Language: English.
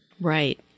right